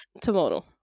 tomorrow